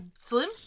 slim